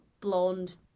blonde